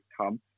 come